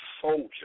soldier